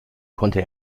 konnte